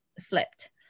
flipped